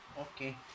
Okay